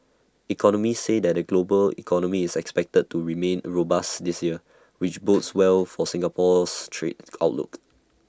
economists say that the global economy is expected to remain robust this year which bodes well for Singapore's trade outlook